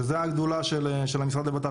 וזה הגדולה של המשרד לבט"פ.